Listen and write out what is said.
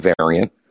variant